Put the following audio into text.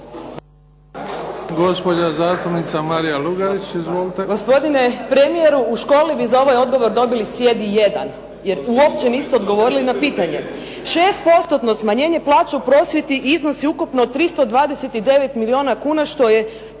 Gospodine premijeru, u školi bi za ovaj odgovor dobili sjedni jedan jer uopće niste odgovorili na pitanje. Šest postotno smanjenje plaća u prosvjeti iznosi ukupno 329 milijuna kuna što je